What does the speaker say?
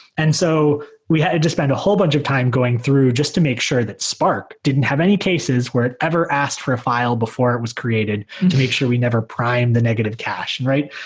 and so we just spent a whole bunch of time going through just to make sure that spark didn't have any cases where it ever asked for a file before it was created to make sure we never primed the negative cache, right?